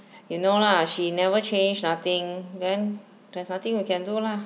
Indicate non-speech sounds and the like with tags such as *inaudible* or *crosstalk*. you know lah she never change nothing then *breath* there's nothing you can do lah